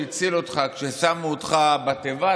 שהציל אותך כששמו אותך בתיבה,